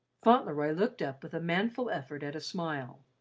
fauntleroy looked up with a manful effort at a smile.